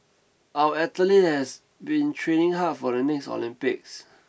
our athlete has been training hard for the next Olympics